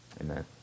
Amen